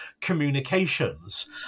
communications